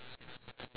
ya